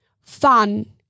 fun